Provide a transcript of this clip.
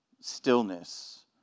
stillness